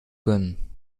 gönnen